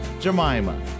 Jemima